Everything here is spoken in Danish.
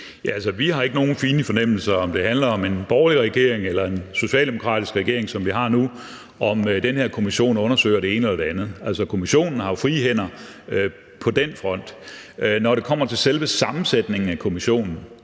vi har ikke nogen fine fornemmelser, med hensyn til om det handler om en borgerlig regering eller en socialdemokratisk regering, som vi har nu, og om den her kommission undersøger det ene eller det andet. Kommissionen har jo frie hænder på den front. Når det kommer til selve sammensætningen af kommissionen,